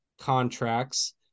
contracts